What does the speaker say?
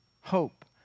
hope